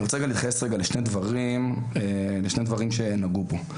אני רוצה להתייחס לשני דברים שעלו פה.